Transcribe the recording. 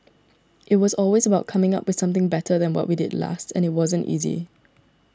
it was always about coming up with something better than what we did last and it wasn't easy